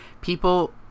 people